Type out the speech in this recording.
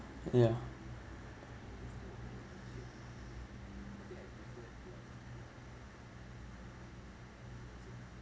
ya